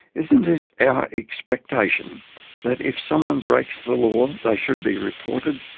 isn't it our expectation that if someone breaks the law, they should be reported?